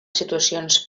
situacions